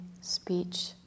speech